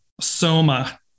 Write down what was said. Soma